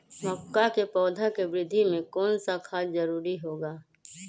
मक्का के पौधा के वृद्धि में कौन सा खाद जरूरी होगा?